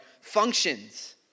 functions